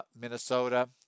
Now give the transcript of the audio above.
minnesota